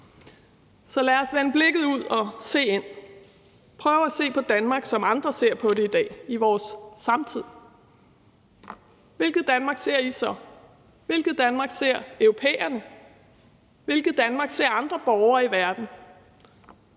Så lad os vende blikket ud og se ind, prøve at se på Danmark, som andre ser på det i dag i vores samtid. Hvilket Danmark ser I så? Hvilket Danmark ser europæerne? Hvilket Danmark ser andre borgere i verden?